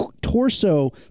Torso